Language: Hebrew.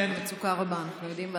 המצוקה רבה, ואנחנו יודעים.